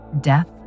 death